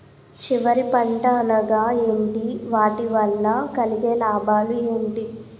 చివరి పంట అనగా ఏంటి వాటి వల్ల కలిగే లాభాలు ఏంటి